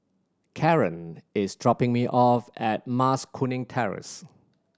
Caron is dropping me off at Mas Kuning Terrace